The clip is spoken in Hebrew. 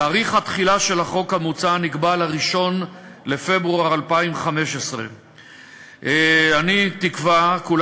תאריך התחילה של החוק המוצע נקבע ל-1 בפברואר 2015. כולנו